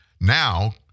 Now